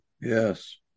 Yes